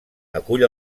acull